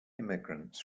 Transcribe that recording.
immigrants